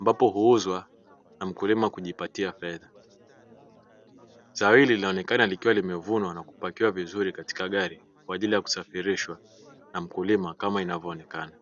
ambapo huuzwa na mkulima kujipatia fedha, zao hili linaonekana likiwa limevunwa na kupakiwa vizuri katika gari kwa ajili ya kusafirishwa na mkulima kama inavyoonekana.